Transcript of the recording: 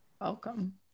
welcome